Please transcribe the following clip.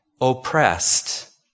oppressed